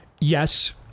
Yes